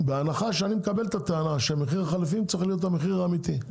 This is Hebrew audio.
בהנחה שאני מקבל את הטענה שמחיר החלפים צריך להיות המחיר האמיתי,